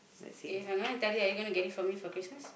if I'm gonna tell you are you gonna get it for me for Christmas